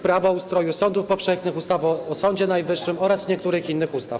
Prawo o ustroju sądów powszechnych, ustawy o Sądzie Najwyższym oraz niektórych innych ustaw.